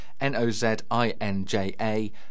N-O-Z-I-N-J-A